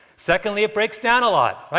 secondly, it breaks down a lot.